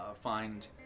find